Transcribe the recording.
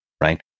right